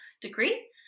degree